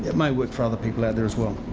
it may work for other people out there as well.